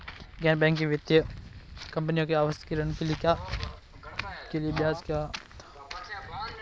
गैर बैंकिंग वित्तीय कंपनियों में आवास ऋण के लिए ब्याज क्या है?